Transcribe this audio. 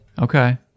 okay